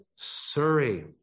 Surrey